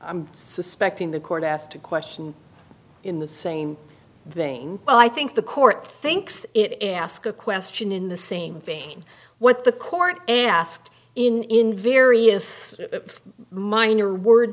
i'm suspecting the court asked a question in the same vein well i think the court thinks it ask a question in the same vein what the court asked in various minor word